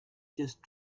just